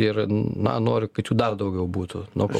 ir na nori kad jų dar daugiau būtų nuo ko